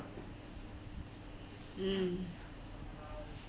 mm